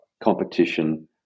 competition